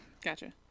Gotcha